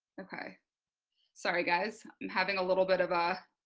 okay sorry guys, i'm having a little bit of a